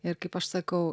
ir kaip aš sakau